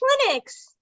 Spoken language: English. clinics